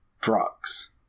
drugs